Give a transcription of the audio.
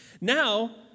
Now